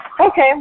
Okay